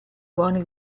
buoni